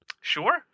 Sure